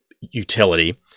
utility